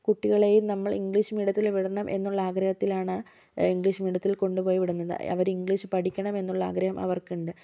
കുട്ടികളെയും നമ്മള് ഇംഗ്ലീഷ് മീഡിയത്തില് വിടണം എന്നുള്ള ആഗ്രഹത്തിലാണ് ഇംഗ്ലീഷ് മീഡിയത്തില് കൊണ്ടുപോയി വിടുന്നത് അവര് ഇംഗ്ലീഷ് പഠിക്കണം എന്നുള്ള ആഗ്രഹം അവര്ക്കുണ്ട്